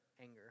anger